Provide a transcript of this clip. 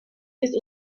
des